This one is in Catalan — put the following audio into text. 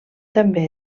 també